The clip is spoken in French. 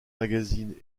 magazine